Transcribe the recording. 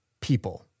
people